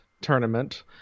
tournament